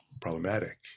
problematic